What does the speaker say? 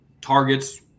targets